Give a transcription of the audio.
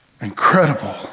incredible